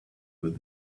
with